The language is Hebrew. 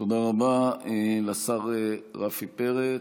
תודה רבה לשר רפי פרץ.